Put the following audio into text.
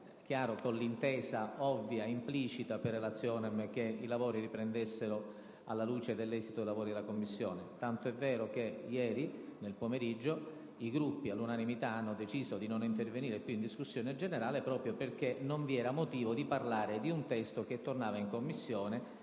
con l'intesa, ovvia ed implicita, che i lavori riprendessero alla luce dell'esito dei lavori della Commissione. Tanto è vero che ieri, nel pomeriggio, i Gruppi, all'unanimità, hanno deciso di non intervenire più in discussione generale, proprio perché non vi era motivo di prendere la parola su un testo che tornava in Commissione.